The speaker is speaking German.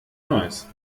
neues